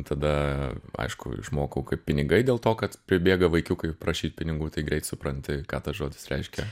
tada aišku išmokau kaip pinigai dėl to kad pribėga vaikiukai prašyt pinigų tai greit supranti ką tas žodis reiškia